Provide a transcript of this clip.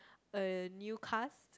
a new cast